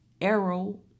arrow